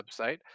website